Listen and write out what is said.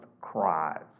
cries